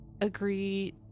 agree